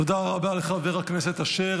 תודה רבה לחבר הכנסת אשר.